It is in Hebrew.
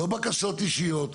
לא בקשות אישיות,